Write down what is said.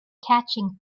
catching